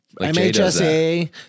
MHSA